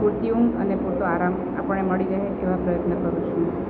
પૂરતી ઊંઘ અને પૂરતો આરામ આપણને મળી રહે એવા પ્રયત્ન કરું છું